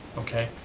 okay,